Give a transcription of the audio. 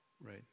right